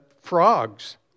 frogs